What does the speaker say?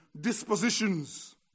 dispositions